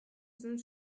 sind